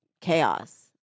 chaos